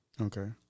Okay